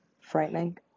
Frightening